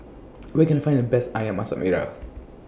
Where Can I Find The Best Ayam Masak Merah